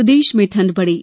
प्रदेश में ठंड बढ़ी